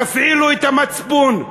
תפעילו את המצפון.